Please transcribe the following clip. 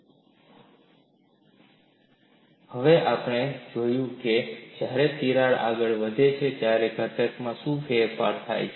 તિરાડની હાજરીમાં તાણ ઊર્જા પરિવર્તન હવે આપણે જે જોઈશું તે છે જ્યારે તિરાડ આગળ વધે છે ત્યારે ઘટકમાં શું ફેરફાર થાય છે